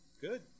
Good